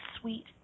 sweet